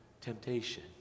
temptation